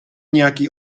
nějaký